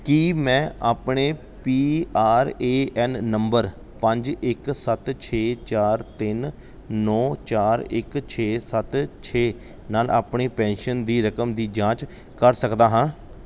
ਕੀ ਮੈਂ ਆਪਣੇ P R A N number ਪੰਜ ਇੱਕ ਸੱਤ ਛੇ ਚਾਰ ਤਿੰਨ ਨੌਂ ਚਾਰ ਇੱਕ ਛੇ ਸੱਤ ਛੇ ਨਾਲ ਆਪਣੀ ਪੈਨਸ਼ਨ ਦੀ ਰਕਮ ਦੀ ਜਾਂਚ ਕਰ ਸਕਦਾ ਹਾਂ